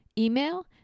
email